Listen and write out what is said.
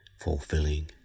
fulfilling